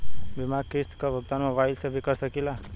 बीमा के किस्त क भुगतान मोबाइल से भी कर सकी ला?